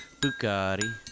Bugatti